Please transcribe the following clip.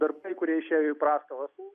darbai kurie išėjo į prastovas